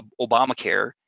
Obamacare